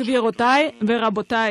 (מחיאות כפיים) גבירותיי ורבותיי,